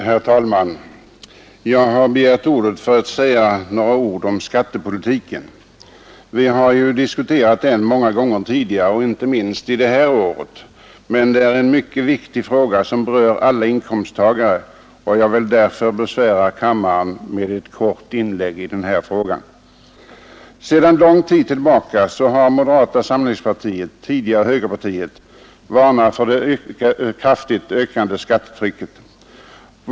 Herr talman! Jag har begärt ordet för att säga något om skattepolitiken. Vi har diskuterat den många gånger tidigare, inte minst under detta år, men det är en mycket viktig fråga som berör alla inkomsttagare, och jag vill därför besvära kammaren med ett kort inlägg. Sedan lång tid tillbaka har moderata samlingspartiet, tidigare högerpartiet, varnat för det kraftigt ökande skattetrycket.